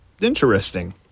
interesting